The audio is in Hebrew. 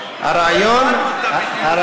השר, תסביר לי את הפסקה האחרונה שקראת עכשיו.